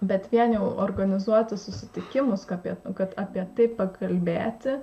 bet vien jau organizuotų susitikimus apie kad apie tai pakalbėti